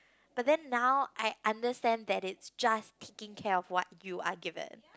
but then now I understand that it's just taking care of what you are given